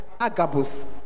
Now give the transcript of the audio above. Agabus